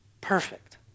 perfect